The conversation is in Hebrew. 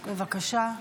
בבקשה.